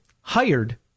hired